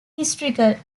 historical